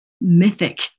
mythic